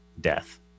death